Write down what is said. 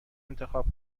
انتخاب